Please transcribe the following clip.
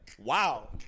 Wow